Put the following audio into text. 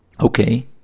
okay